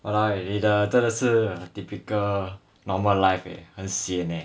!walao! eh 你的真的是 typical normal life eh 很 sian leh